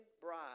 bride